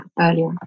earlier